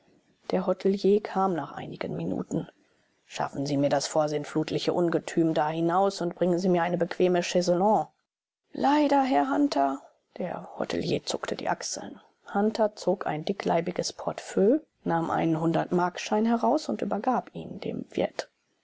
der hotelier kam nach einigen minuten schaffen sie mir das vorsintflutliche ungetüm da hinaus und bringen sie mir eine bequeme chaiselongue leider herr hunter der hotelier zuckte die achseln hunter zog ein dickleibiges portefeuille nahm einen hundertmarkschein heraus und übergab ihn dem wirt